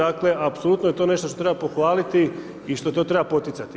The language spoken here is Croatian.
Apsolutno je to nešto što treba pohvaliti i što to treba poticati.